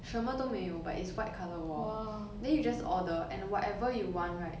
什么都没有 but it's white colour wall then you just order and whatever you want right